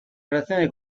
relazione